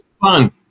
fun